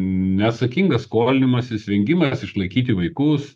neatsakingas skolinimasis vengimas išlaikyti vaikus